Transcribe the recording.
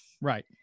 Right